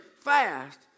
fast